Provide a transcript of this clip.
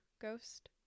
ghost